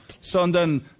Sondern